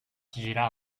girar